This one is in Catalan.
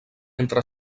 entre